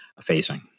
facing